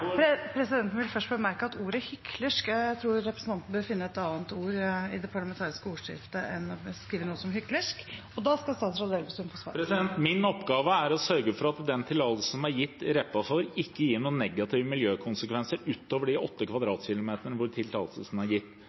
Presidenten vil bemerke at representanten i det parlamentariske ordskiftet bør finne et annet ord enn «hyklersk» for å beskrive noe. Min oppgave er å sørge for at den tillatelsen som er gitt i Repparfjorden, ikke gir noen negative miljøkonsekvenser utover de 8 km 2 som tillatelsen er gitt